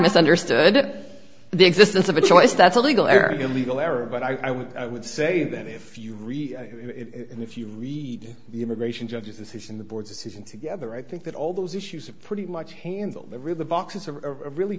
misunderstood it the existence of a choice that's a legal arab illegal error but i would i would say that if you read it and if you read the immigration judge's decision the board's decision together i think that all those issues are pretty much handle the real the boxes are really